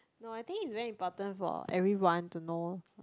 no I think is very important for everyone to know like